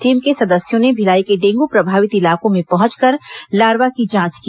team के सदस्यों ने भिलाई ै के डेंगू प्रभावित इलाकों में पहुंचकर लार्वा की जांच की